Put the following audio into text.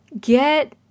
get